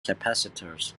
capacitors